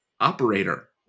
Operator